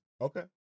Okay